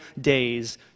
days